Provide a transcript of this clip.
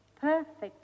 perfect